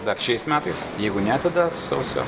dar šiais metais jeigu ne tada sausio